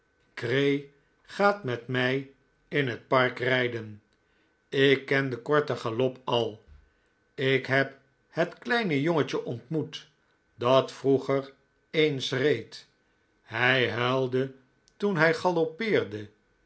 grey gaat met mij in het park rijden ik ken den korten galop al ik heb het kleine jongetje ontmoet dat vroeger eens reed hij huilde toen hij galoppeerde